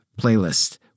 playlist